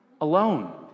Alone